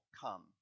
come